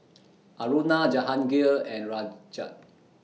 Aruna Jahangir and Rajat